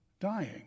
dying